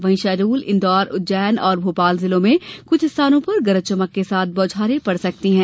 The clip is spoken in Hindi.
वहीं शहडोल इंदौर उज्जैन और भोपाल जिलों में कुछ स्थानों पर गरज चमक के साथ बौछारें पड़ सकती है